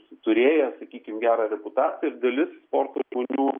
turėjęs sakykim gerą reputaciją ir dalis sporto žmonių